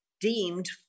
deemed